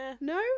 No